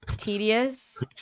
tedious